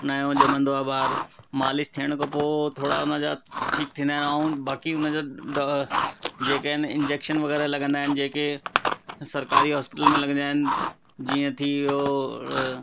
नयो जमंदो आहे ॿार मालिश थियण खां पोइ थोरा उन जा ठीकु थींदा आहिनि ऐं बाक़ी उन जा जेके आहिनि इंजेक्शन वग़ैरह लॻंदा आहिनि जेके सरकारी हॉस्पिटल में लॻंदा आहिनि जीअं थियो